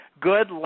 Good